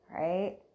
right